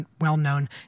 well-known